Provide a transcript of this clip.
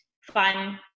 fun